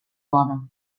moda